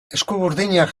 eskuburdinak